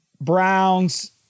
Browns